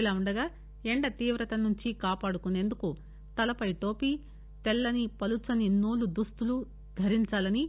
ఇలా ఉండగా ఎండ తీవత నుంచి కాపాడుకునేందుకు తలపై టోపీ తెల్లని పలుచని నూలు దుస్తులను ధరించాలని